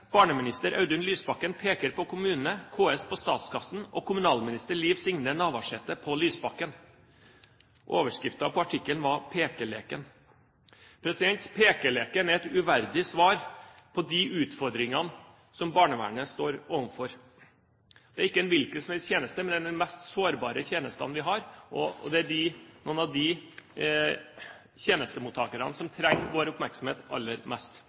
Barneminister Audun Lysbakken peker på kommunene, KS på statskassen og kommunalminister Liv Signe Navarsete på Lysbakken.» Overskriften på artikkelen var «Pekeleken». «Pekeleken» er et uverdig svar på de utfordringene som barnevernet står overfor. Det er ikke en hvilken som helst tjeneste, men det er den mest sårbare tjenesten vi har, og dette er noen av de tjenestemottakerne som trenger vår oppmerksomhet aller mest.